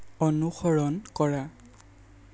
অনুসৰণ কৰা